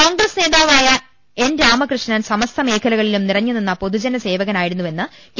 കോൺഗ്രസ് നേതാവായ എൻ രാമകൃഷ്ണൻ സമസ്ത മേഖലകളിലും നിറഞ്ഞുനിന്ന പൊതു ജനസേവക നായിരുന്നുവെന്ന് കെ